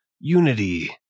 Unity